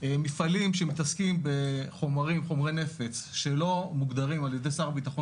מפעלים במתעסקים בחומרי נפץ שלא מוגדרים על ידי שר הביטחון